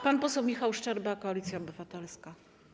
Pan poseł Michał Szczerba, Koalicja Obywatelska.